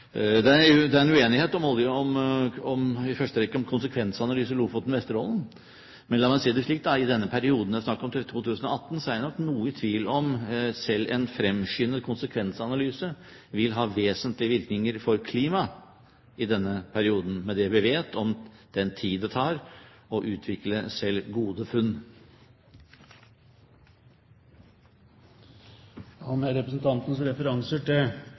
uenighet om konsekvensanalyse for Lofoten/Vesterålen. Men la meg si det slik: I den perioden det er snakk om, til 2018, er jeg nok noe i tvil om selv en fremskyndet konsekvensanalyse vil ha vesentlige virkninger for klimaet i denne perioden, med det vi vet om den tid det tar å utvikle selv gode funn. Med representantens referanser til